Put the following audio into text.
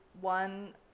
one